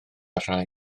rhai